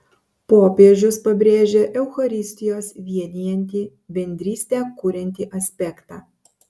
popiežius pabrėžia eucharistijos vienijantį bendrystę kuriantį aspektą